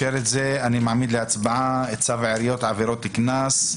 אני מעמיד להצבעה את צו העיריות (עבירות קנס),